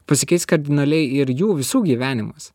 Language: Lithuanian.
pasikeis kardinaliai ir jų visų gyvenimas